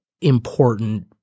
important